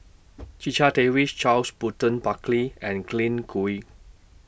Checha Davies Charles Burton Buckley and Glen Goei